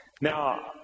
Now